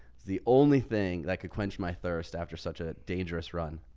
the only thing that could quench my thirst after such a dangerous run.